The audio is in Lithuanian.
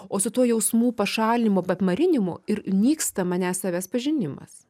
o su tuo jausmų pašalinimu ap apmarinimu ir nyksta manęs savęs pažinimas